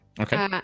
Okay